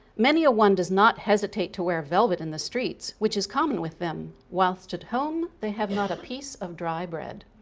many a one does not hesitate to wear velvet in the streets, which is common with them, whilst at home they have not a piece of dry bread.